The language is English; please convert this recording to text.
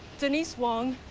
denise wong,